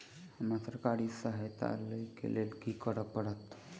हमरा सरकारी सहायता लई केँ लेल की करऽ पड़त?